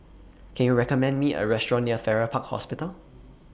Can YOU recommend Me A Restaurant near Farrer Park Hospital